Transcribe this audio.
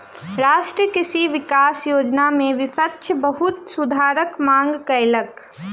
राष्ट्रीय कृषि विकास योजना में विपक्ष बहुत सुधारक मांग कयलक